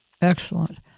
Excellent